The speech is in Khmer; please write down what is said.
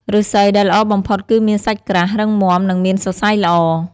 ឫស្សីដែលល្អបំផុតគឺមានសាច់ក្រាស់ រឹងមាំ និងមានសរសៃល្អ។